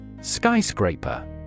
Skyscraper